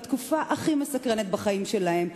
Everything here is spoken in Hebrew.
בתקופה הכי מסקרנת בחיים שלהם,